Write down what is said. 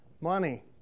money